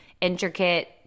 intricate